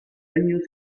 año